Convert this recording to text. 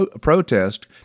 protest